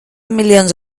milions